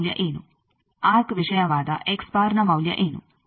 ನ ಮೌಲ್ಯ ಏನು ಆರ್ಕ್ ವಿಷಯವಾದ ನ ಮೌಲ್ಯ ಏನು